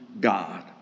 God